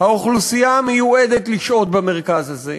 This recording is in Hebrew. ובאוכלוסייה המיועדת לשהות במרכז הזה,